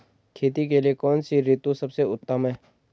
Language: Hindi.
खेती के लिए कौन सी ऋतु सबसे उत्तम है?